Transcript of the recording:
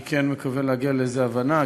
אני כן מקווה להגיע לאיזו הבנה,